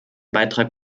beitrag